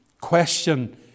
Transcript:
question